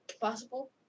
Possible